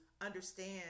Understand